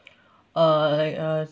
uh like a